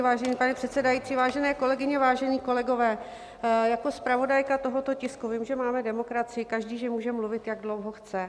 Vážený pane předsedající, vážené kolegyně, vážení kolegové, jako zpravodajka tohoto tisku vím, že máme demokracii, každý může mluvit, jak dlouho chce.